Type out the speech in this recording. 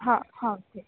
हां हां ओके